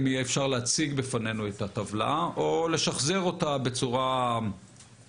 אם אפשר יהיה להציג בפנינו את הטבלה או לשחזר אותה בצורה מיטבית,